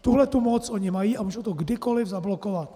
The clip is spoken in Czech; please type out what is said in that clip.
Tuhletu moc oni mají a mohou to kdykoliv zablokovat.